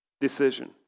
decision